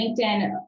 LinkedIn